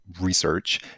research